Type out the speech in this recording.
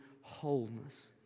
wholeness